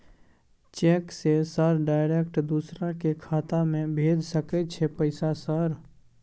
Cheque से sir direct दूसरा के खाता में भेज सके छै पैसा सर?